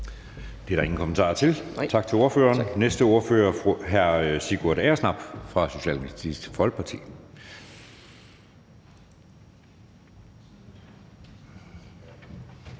Det er der ingen kommentarer til. Tak til ordføreren. Den næste ordfører er hr. Sigurd Agersnap fra Socialistisk Folkeparti.